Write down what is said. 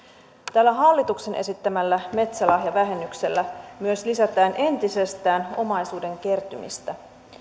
tällä hallituksen esittämällä metsälahjavähennyksellä myös lisätään entisestään omaisuuden kertymistä